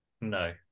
No